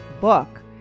book